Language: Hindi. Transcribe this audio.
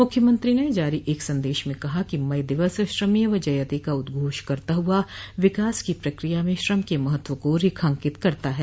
मुख्यमंत्री ने जारी एक संदेश में कहा कि मई दिवस श्रमेव जयते का उद्घोष करता हुआ विकास की प्रक्रिया में श्रम के महत्व को रेखांकित करता है